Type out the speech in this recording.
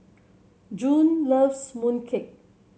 Joan loves mooncake